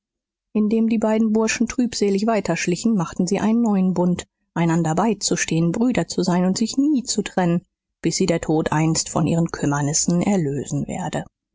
indem die beiden burschen trübselig weiterschlichen machten sie einen neuen bund einander beizustehen brüder zu sein und sich nie zu trennen bis sie der tod einst von ihren kümmernissen erlösen werde